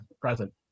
Present